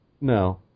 No